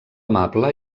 amable